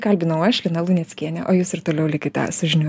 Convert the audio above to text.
kalbinau aš lina luneckienė o jūs ir toliau likite su žinių